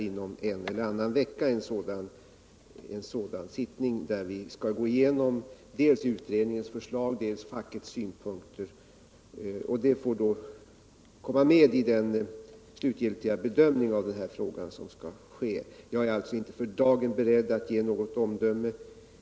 Inom en eller annan vecka kommer det att bli en sådan sittning, där vi skall gå igenom dels utredningens förslag, dels fackets synpunkter; de får komma med i den slutliga bedömning av denna fråga som skall ske. För dagen är jag alltså inte beredd att uttala något omdöme.